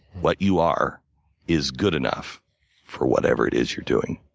what you are is good enough for whatever it is you're doing.